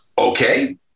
okay